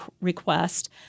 request